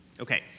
Okay